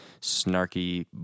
snarky